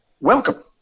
welcome